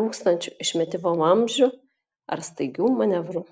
rūkstančių išmetimo vamzdžių ar staigių manevrų